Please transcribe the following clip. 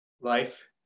Life